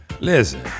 listen